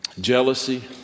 jealousy